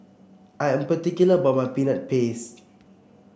I am particular about my Peanut Paste